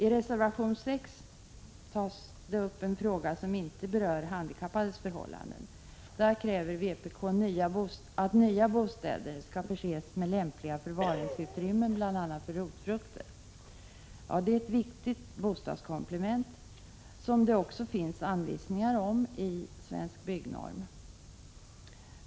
I reservation 6 tar man upp en fråga som inte berör handikappades förhållanden. Där kräver vpk att nya bostäder skall förses med lämpliga förvaringsutrymmen, bl.a. för rotfrukter. Detta är ett viktigt bostadskomplement, som det också finns anvisningar om i Svensk byggnorm.